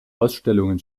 ausstellungen